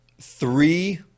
three